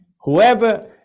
Whoever